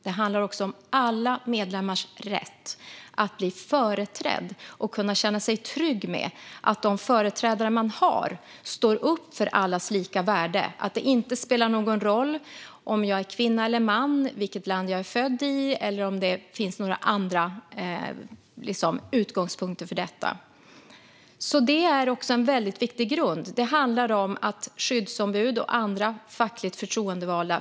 Det handlar också om alla medlemmars rätt att bli företrädda och att känna sig trygga med att de företrädare de har står upp för allas lika värde. Det spelar inte någon roll om jag är kvinna eller man, vilket land jag är född i eller om det finns några andra utgångspunkter för detta. Det är också en väldigt viktig grund. Det handlar om skyddsombud och andra fackligt förtroendevalda.